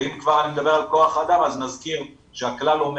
ואם כבר אני מדבר על כח אדם אז נזכיר שהכלל אומר